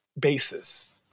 basis